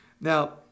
Now